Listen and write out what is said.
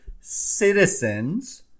citizens